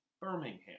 Birmingham